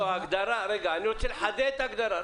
אני רוצה לחדד את ההגדרה.